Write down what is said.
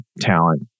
talent